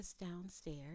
downstairs